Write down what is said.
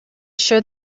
sure